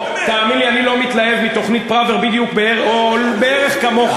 תהיה אמיץ, תביא תשובה.